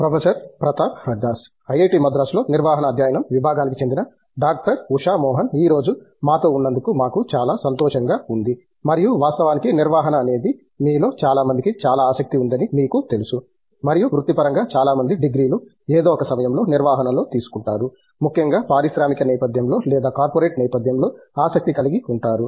professor Pratap Haridas IIT మద్రాసులో నిర్వహణ అధ్యయనం విభాగానికి చెందిన డాక్టర్ ఉషా మోహన్ ఈ రోజు మాతో ఉన్నందుకు మాకు చాలా సంతోషంగా ఉంది మరియు వాస్తవానికి నిర్వహణ అనేది మీలో చాలా మందికి చాలా ఆసక్తి ఉందని మీకు తెలుసు మరియు వృత్తిపరంగా చాలా మంది డిగ్రీలు ఏదో ఒక సమయంలో నిర్వహణలో తీసుకుంటారు ముఖ్యంగా పారిశ్రామిక నేపథ్యంలో లేదా కార్పొరేట్ నేపధ్యంలో ఆసక్తి కలిగివుంటారు